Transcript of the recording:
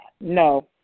No